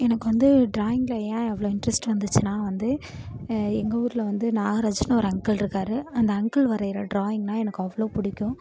எனக்கு வந்து ட்ராயிங்கில் ஏன் இவ்வளோ இண்ட்ரெஸ்ட் வந்துச்சுன்னா வந்து எங்கள் ஊரில் வந்து நாகராஜ்னு ஒரு அங்குள் இருக்கார் அந்த அங்குள் வரையற டிராயிங்னால் எனக்கு அவ்வளோ பிடிக்கும்